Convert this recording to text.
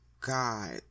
god